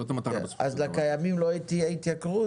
אז לקיימים לא תהיה התייקרות?